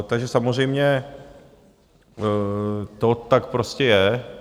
Takže samozřejmě to tak prostě je.